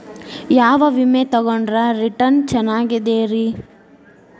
ಯಾವ ವಿಮೆ ತೊಗೊಂಡ್ರ ರಿಟರ್ನ್ ಚೆನ್ನಾಗಿದೆರಿ?